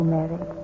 Mary